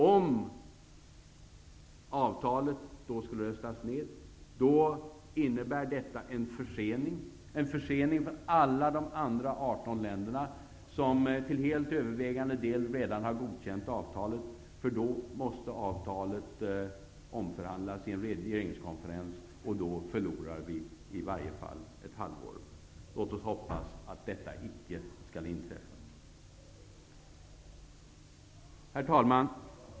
Om avtalet då skulle röstas ner, innebär det en försening för alla de andra 18 länderna, som till helt övervägande del redan har godkänt avtalet. Då måste avtalet omförhandlas i en regeringskonferens, och då förlorar vi i varje fall ett halvår. Låt oss hoppas att detta icke inträffar. Herr talman!